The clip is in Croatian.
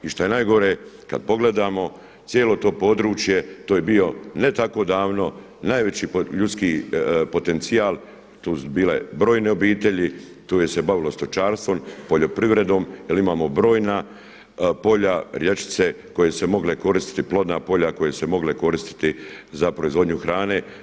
I šta je najgore kada pogledamo cijelo to područje to je bio ne tako davno, najveći ljudski potencijal, tu su bile brojne obitelji, tu se bavilo stočarstvom, poljoprivredom jel imamo brojna polja, rječice koje su se mogle koristiti, plodna polja koja su se mogla koristiti za proizvodnju hrane.